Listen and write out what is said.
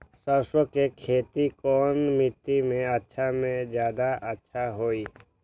सरसो के खेती कौन मिट्टी मे अच्छा मे जादा अच्छा होइ?